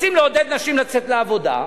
רוצים לעודד נשים לצאת לעבודה,